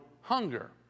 hunger